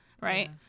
right